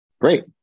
Great